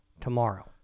Tomorrow